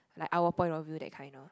like our point of view that kind of